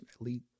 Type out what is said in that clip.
elite